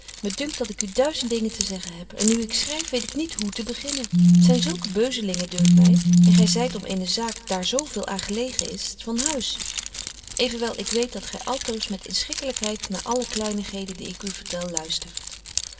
me dunkt dat ik u duizend dingen te zeggen heb en nu ik schryf weet ik niet hoe te beginnen t zyn zulke beuzelingen dunkt my en gy zyt om eene zaak daar zo veel aan gelegen is van huis evenwel ik weet dat gy altoos met inschikkelykheid naar alle kleinigheden die ik u vertel luistert